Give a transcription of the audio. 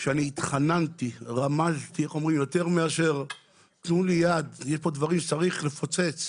אני התחננתי שיתנו לי יד, יש דברים שצריך לפוצץ.